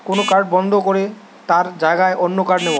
কোন কার্ড বন্ধ করে তার জাগায় অন্য কার্ড নেব